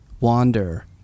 wander